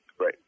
Right